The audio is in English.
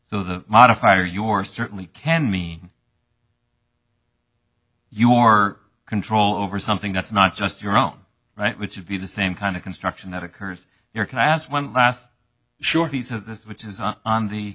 so the modifier your certainly can mean your control over something that's not just your own right which would be the same kind of construction that occurred here can i ask one last short piece of this which is not on the